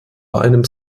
einem